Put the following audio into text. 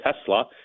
Tesla